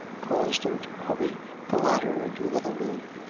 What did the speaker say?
caused her to hurry the latter into another room,